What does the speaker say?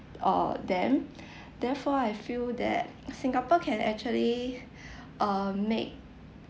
err them therefore I feel that singapore can actually err make